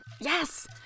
yes